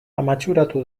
matxuratu